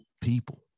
people